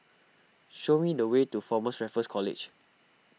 show me the way to formers Raffles College